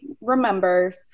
remembers